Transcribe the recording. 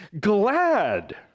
glad